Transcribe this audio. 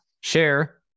Share